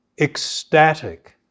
ecstatic